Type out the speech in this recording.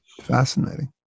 Fascinating